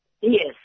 Yes